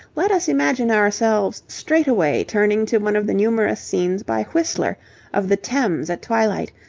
let us imagine ourselves straightway turning to one of the numerous scenes by whistler of the thames at twilight,